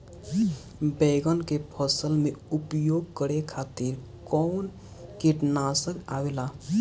बैंगन के फसल में उपयोग करे खातिर कउन कीटनाशक आवेला?